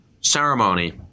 ceremony